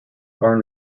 are